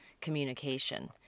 communication